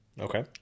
Okay